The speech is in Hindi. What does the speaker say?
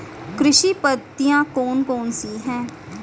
कृषि पद्धतियाँ कौन कौन सी हैं?